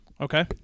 Okay